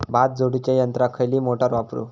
भात झोडूच्या यंत्राक खयली मोटार वापरू?